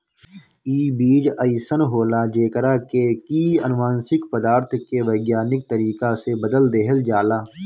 इ बीज अइसन होला जेकरा के की अनुवांशिक पदार्थ के वैज्ञानिक तरीका से बदल देहल जाला